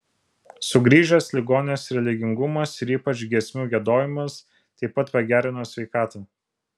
sugrįžęs ligonės religingumas ir ypač giesmių giedojimas taip pat pagerino sveikatą